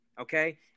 okay